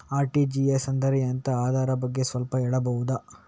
RTGS ಅಂದ್ರೆ ಎಂತ ಅದರ ಬಗ್ಗೆ ಸ್ವಲ್ಪ ಹೇಳಬಹುದ?